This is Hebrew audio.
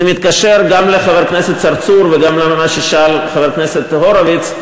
זה מתקשר גם לחבר הכנסת צרצור וגם למה ששאל חבר הכנסת הורוביץ.